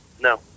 No